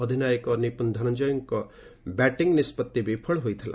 ଅଧିନାୟକ ନିପୁନ୍ ଧନଞ୍ଜୟଙ୍କ ବ୍ୟାଟିଙ୍ଗ୍ ନିଷ୍ପଭି ବିଫଳ ହୋଇଥିଲା